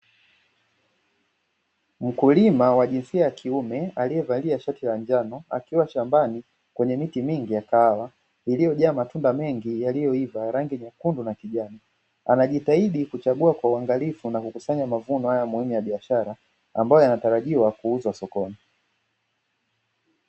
Mkulima wa jinsia ya kiume aliyevalia shati la njano akiwa shambani kwenye miti mingi ya kahawa, iliyojaa matunda mengi yaliyoiva ya rangi nyekundu na kijani, anajitahidi kuchagua kwa uangalifu na kukusanya mavuno haya muhimu ya biashara, ambayo yanatarajiwa kuuzwa sokoni.